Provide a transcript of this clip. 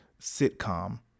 sitcom